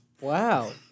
wow